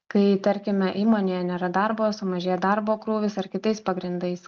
kai tarkime įmonėje nėra darbo sumažėja darbo krūvis ar kitais pagrindais